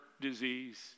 disease